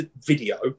video